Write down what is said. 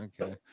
okay